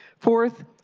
fourth,